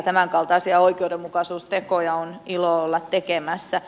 tämänkaltaisia oikeudenmukaisuustekoja on ilo olla tekemässä